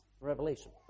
Revelation